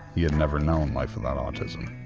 he had never known life without autism.